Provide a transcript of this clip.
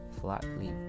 flat-leaf